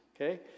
okay